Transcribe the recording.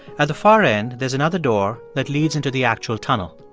at the far end, there's another door that leads into the actual tunnel.